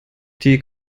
die